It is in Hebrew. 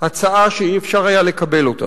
הצעה שלא היה אפשר לקבל אותה.